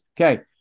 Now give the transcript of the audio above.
Okay